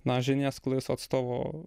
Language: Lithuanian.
na žiniasklaidos atstovo